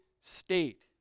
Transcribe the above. state